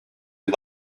and